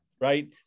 right